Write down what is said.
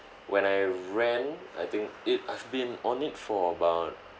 when I ran I think it I've been on it for about